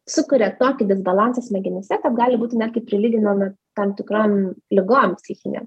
sukuria tokį disbalansą smegenyse kad gali būti netgi prilyginami tam tikrom ligom psichinėm